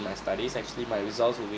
my studies actually my results were